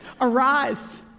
arise